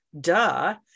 duh